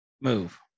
move